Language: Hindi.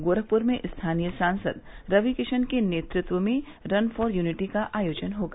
गोरखप्र में स्थानीय सांसद रविकिशन के नेतत्व में रन फॉर यूनिटी का आयोजन होगा